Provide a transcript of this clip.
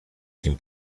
την